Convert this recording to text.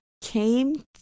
came